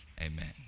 amen